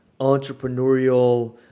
entrepreneurial